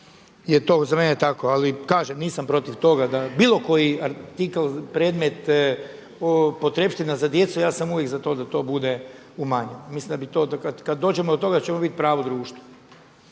da je za mene to tako. Ali kažem nisam protiv toga da bilo koji artikl, predmet, potrepština za djecu ja sam uvijek za to da to bude umanjeno. Mislim kada dođemo do toga da ćemo biti pravo društvo.